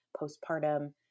postpartum